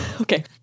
Okay